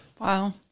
wow